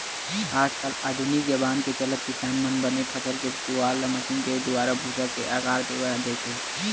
आज कल आधुनिक जबाना के चलत किसान मन बने फसल के पुवाल ल मसीन के दुवारा भूसा के आकार देवा देथे